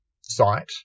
site